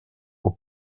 aux